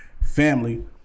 family